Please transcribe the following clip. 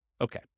Okay